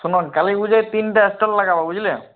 শোনো কালী পুজোয় তিনটে স্টল লাগাবো বুঝলে